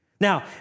Now